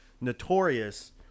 notorious